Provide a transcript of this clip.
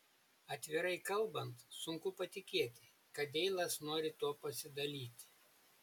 atvirai kalbant sunku patikėti kad deilas nori tuo pasidalyti